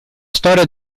storia